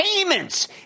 Payments